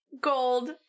gold